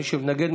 מי שמתנגד,